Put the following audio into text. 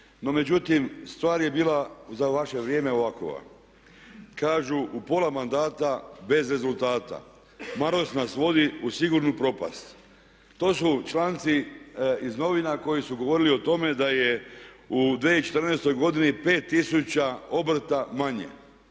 međutim, stvar je bila za vaše vrijeme ovakova. Kažu u pola mandata bez rezultata. Maras nas vodi u sigurnu propast. To su članci iz novina koji su govorili o tome da je u 2014. godini 5000 obrta manje,